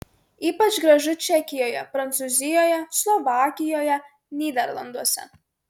ypač gražu čekijoje prancūzijoje slovakijoje nyderlanduose